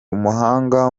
umuhanga